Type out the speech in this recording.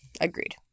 agreed